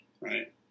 Right